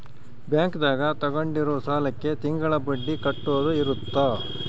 bank ದಾಗ ತಗೊಂಡಿರೋ ಸಾಲಕ್ಕೆ ತಿಂಗಳ ಬಡ್ಡಿ ಕಟ್ಟೋದು ಇರುತ್ತ